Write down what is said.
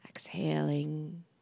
Exhaling